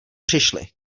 přišly